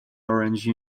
orange